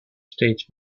states